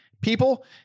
People